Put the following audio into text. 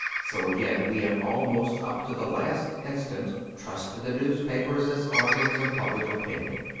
so again, we have almost up to the last instant trusted the newspapers as organs of public opinion.